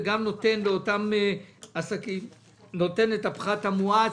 וגם נותן לאותם עסקים את הפחת המואץ.